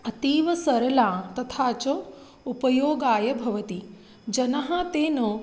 अतीव सरला तथा च उपयोगाय भवति जनाः तेन